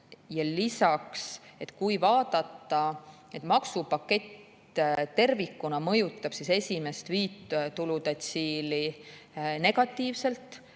tervisekäitumisele. Kui vaadata, et maksupakett tervikuna mõjutab esimest viit tuludetsiili negatiivselt,